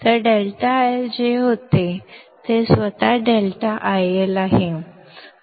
तर ∆IL जे होते ते स्वतः ∆IL आहे